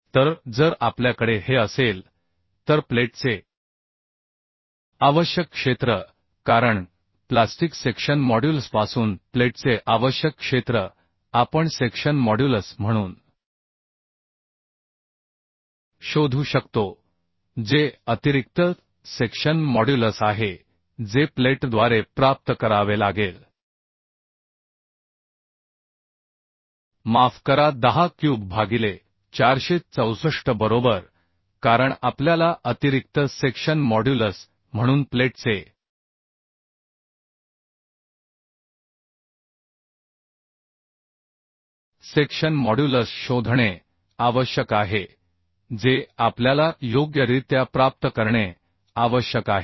तर जर आपल्याकडे हे असेल तर प्लेटचे आवश्यक क्षेत्र कारण प्लास्टिक सेक्शन मॉड्युलसपासून प्लेटचे आवश्यक क्षेत्र आपण सेक्शन मॉड्युलस म्हणून शोधू शकतो जे अतिरिक्त सेक्शन मॉड्युलस आहे जे प्लेटद्वारे प्राप्त करावे लागेल माफ करा 10 क्यूब भागिले 464 बरोबर कारण आपल्याला अतिरिक्त सेक्शन मॉड्युलस म्हणून प्लेटचे सेक्शन मॉड्युलस शोधणे आवश्यक आहे जे आपल्याला योग्यरित्या प्राप्त करणे आवश्यक आहे